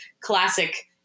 classic